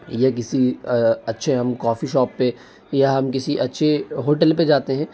या किसी अच्छे हम कॉफी शॉप पे या हम किसी अच्छे होटल पे जाते हैं